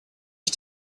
ich